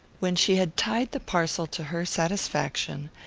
when she had tied the parcel to her satisfaction,